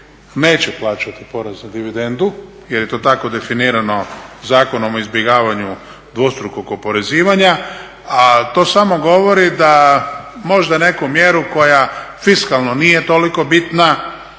neće plaćati porez na dividendu jer je to tako definirano Zakonom o izbjegavanju dvostrukog oporezivanja. A to samo govori da možda neku mjeru koja fiskalno nije toliko bitna